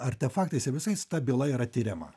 artefaktais ir visais ta byla yra tiriama